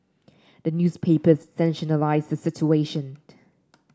the newspapers the situation